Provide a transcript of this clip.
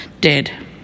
dead